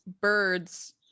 birds